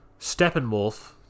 steppenwolf